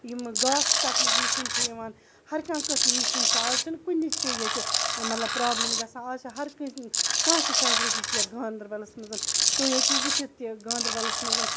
یِمہٕ گاسہٕ ژَٹنٕچ مِشیٖن چھِ یِوان ہر کانٛہہ قٕسٕم مِشیٖن چھِ اَز چھُنہٕ کُنیُک تہِ ییٚتہِ مطلب پرٛابلِم گژھان اَز چھِ ہر کٲنٛسہِ کانٛہہ تہِ فیسلٹی چھِ یَتھ گاندَربَلَس منٛز تُہۍ ہیٚکِو وُچھِتھ تہِ گاندَربَلَس منٛز